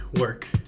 work